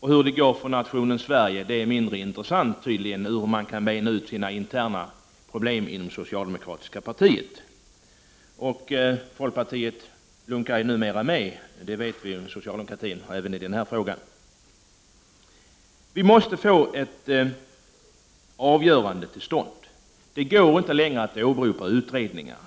Hur det går för Sverige som nation är tydligen mindre intressant än hur man kan bena ut sina interna problem inom det socialdemokratiska partiet. Numera lunkar folkpartiet, som vi vet, med socialdemokraterna, även i den här frågan. Vi måste få ett avgörande till stånd. Det går inte längre att åberopa utredningar.